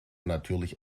natürlich